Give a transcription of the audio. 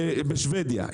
בשוודיה,